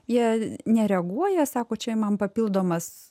jie nereaguoja sako čia man papildomas